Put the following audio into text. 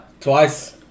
twice